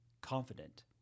confident